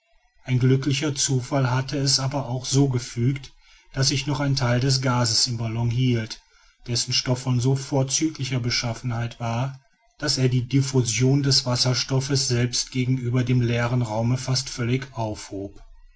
ein glücklicher zufall hatte es aber auch so gefügt daß sich noch ein teil des gases im ballon hielt dessen stoff von so vorzüglicher beschaffenheit war daß er die diffusion des wasserstoffs selbst gegenüber dem leeren raume fast völlig aufhob